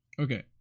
Okay